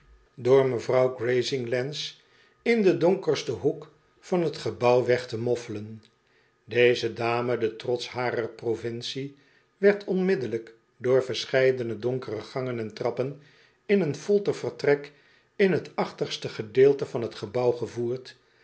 mevrouw grazinglands in den donkersten hoek van t gebouw weg te moffelen deze dame de trots harer provincie werd onmiddellijk door verscheidene donkere gangen en trappen in een folter vertrek in t achterste gedeelte van t gebouw gevoerd